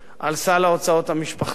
על סל ההוצאות המשפחתי,